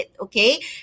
okay